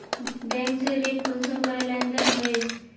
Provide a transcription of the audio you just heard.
Bank से ऋण कुंसम करे लेन देन होए?